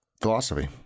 philosophy